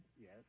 Yes